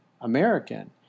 American